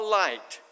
light